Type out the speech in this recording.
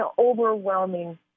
overwhelming